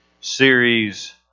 series